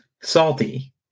salty